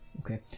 okay